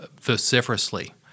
vociferously